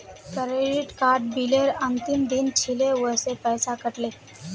credit card बिलेर अंतिम दिन छिले वसे पैसा कट ले